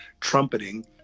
trumpeting